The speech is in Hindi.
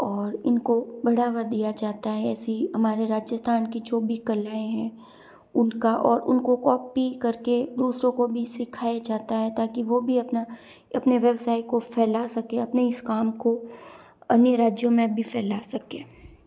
और इनको बढ़ावा दिया जाता है ऐसी हमारे राजस्थान की जो भी कलाएँ हैं उनका और उनको कॉपी करके दूसरों को भी सिखाया जाता है ताकि वो भी अपना अपने व्यवसाय को फैला सकें अपने इस काम को अन्य राज्यों में भी फैला सकें